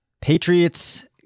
Patriots